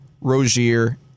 Rozier